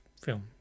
film